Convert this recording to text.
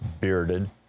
bearded